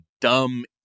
dumb